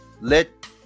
let